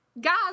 Guys